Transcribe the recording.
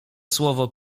słowo